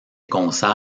concerts